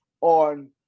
on